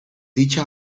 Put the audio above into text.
dicha